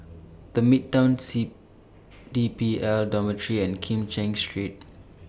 The Midtown C D P L Dormitory and Kim Cheng Street